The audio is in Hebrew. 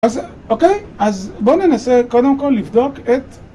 אז אוקיי, אז בואו ננסה קודם כל לבדוק את